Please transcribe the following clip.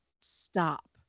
stop